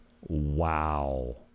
Wow